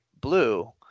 blue